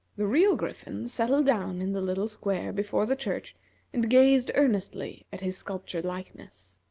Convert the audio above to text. the real griffin settled down in the little square before the church and gazed earnestly at his sculptured likeness.